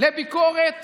לביקורת